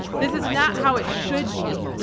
this is not how it should be,